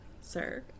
sir